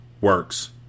works